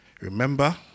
Remember